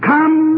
Come